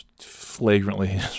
flagrantly